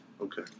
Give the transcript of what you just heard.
Okay